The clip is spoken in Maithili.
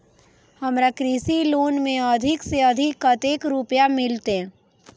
हमरा कृषि लोन में अधिक से अधिक कतेक रुपया मिलते?